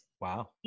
Wow